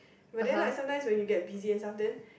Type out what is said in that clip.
were then like sometimes when you get busy but then